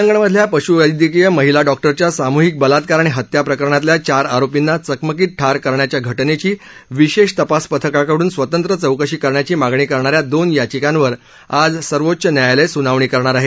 तेलंगणमधल्या पशुवैदयकीय महिला डॉक्टरच्या सामूहिक बलात्कार आणि हत्या प्रकरणातल्या चार आरोपींना चकमकीत ठार करण्याच्या घटनेची विशेष तपास पथकाकड्न स्वतंत्र चौकशी करण्याची मागणी करणाऱ्या दोन याचिकांवर आज सर्वोच्च न्यायालय सुनावणी करणार आहे